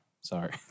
Sorry